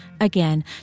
Again